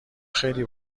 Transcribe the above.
خیلی